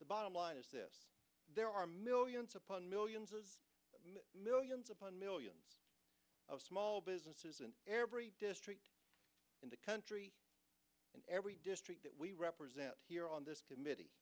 the bottom line is this there are millions upon millions and millions upon millions of small businesses and every district in the country and every district that we represent here on this committee